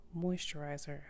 moisturizer